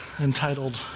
entitled